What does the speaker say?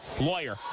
Lawyer